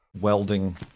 welding